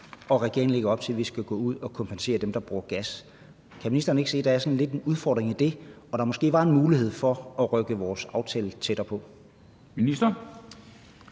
og regeringen lægger jo op til, at vi skal gå ud og kompensere dem, der bruger gas. Kan ministeren ikke se, at der er sådan lidt en udfordring i det, og at der måske var en mulighed for at rykke vores aftale tættere på?